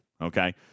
Okay